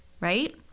right